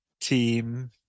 team